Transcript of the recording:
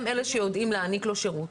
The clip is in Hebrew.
הם אלה שיודעים להעניק לו שירות.